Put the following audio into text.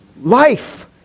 life